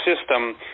system